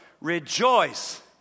Rejoice